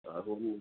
அது ஒன்றும் இல்லை